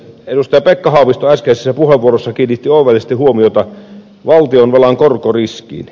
pekka haavisto äskeisessä puheenvuorossa kiinnitti oivallisesti huomiota valtionvelan korkoriskiin